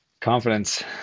confidence